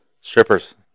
Strippers